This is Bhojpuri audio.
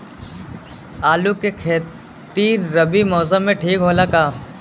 आलू के खेती रबी मौसम में ठीक होला का?